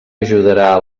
ajudarà